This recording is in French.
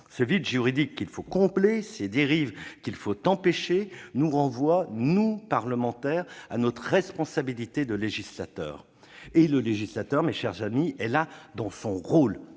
Ce vide juridique qu'il faut combler et ces dérives qu'il faut empêcher nous renvoient, nous, parlementaires, à notre responsabilité de législateur. Le législateur est pleinement dans son rôle